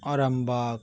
Arambagh